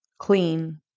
clean